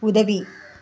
உதவி